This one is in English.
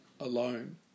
alone